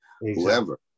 whoever